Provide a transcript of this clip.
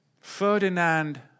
Ferdinand